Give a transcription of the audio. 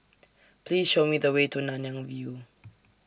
Please Show Me The Way to Nanyang View